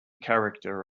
character